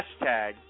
hashtag